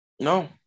No